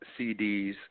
CDs